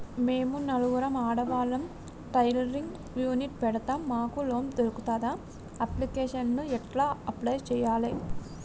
మేము నలుగురం ఆడవాళ్ళం టైలరింగ్ యూనిట్ పెడతం మాకు లోన్ దొర్కుతదా? అప్లికేషన్లను ఎట్ల అప్లయ్ చేయాలే?